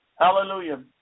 Hallelujah